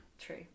True